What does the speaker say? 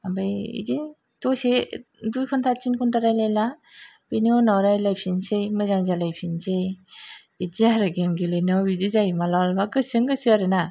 ओमफाय बिदिनो दसे दुइ घन्टा थिन घन्टा रायलायला बिनि उनाव रायलाफिनसै मोजां जालायफिनसै बिदि आरो गेम गेलेनायाव बिदि जायो मालाबा मालाबा गोसोजों गोसो आरो ना